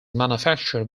manufactured